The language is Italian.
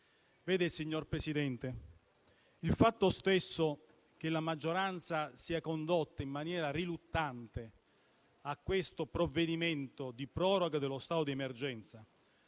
Vede, signor Presidente, la maggioranza viene condotta in maniera riluttante a questo provvedimento di proroga dello stato di emergenza,